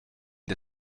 the